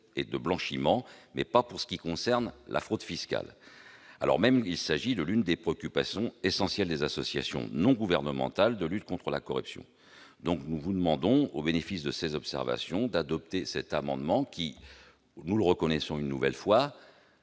et de blanchiment, mais pas pour ce qui concerne la fraude fiscale, alors même qu'il s'agit de l'une des préoccupations essentielles des associations non gouvernementales de lutte contre la corruption. Nous vous demandons, au bénéfice de ces observations, mes chers collègues, d'adopter cet amendement qui, nous le reconnaissons une nouvelle fois,